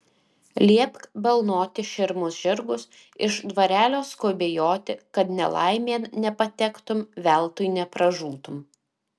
liepk balnoti širmus žirgus iš dvarelio skubiai joti kad nelaimėn nepatektum veltui nepražūtum